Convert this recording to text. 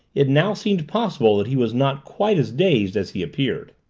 it now seemed possible that he was not quite as dazed as he appeared.